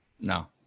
No